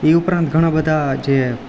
એ ઉપરાંત ઘણાં બધાં જે